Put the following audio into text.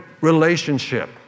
relationship